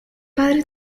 padre